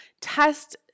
test